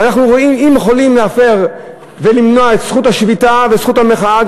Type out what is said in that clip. אם יכולים להפר ולמנוע את זכות השביתה וזכות המחאה,